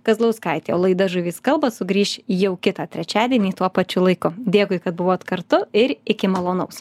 kazlauskaitė o laida žuvys kalba sugrįš jau kitą trečiadienį tuo pačiu laiku dėkui kad buvot kartu ir iki malonaus